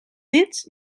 dits